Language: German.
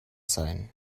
sein